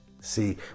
See